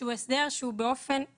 שהוא הסדר באופן אינהרנטי,